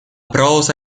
prosa